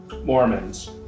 Mormons